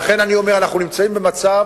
לכן, אני אומר שאנחנו נמצאים במצב